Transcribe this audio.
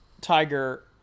Tiger